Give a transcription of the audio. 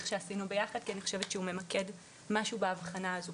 שעשינו ביחד כי אני חושבת שהוא ממקד משהו בהבחנה הזו.